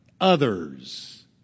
others